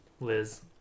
Liz